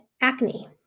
Acne